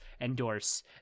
endorse